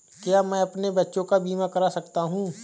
क्या मैं अपने बच्चों का बीमा करा सकता हूँ?